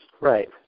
Right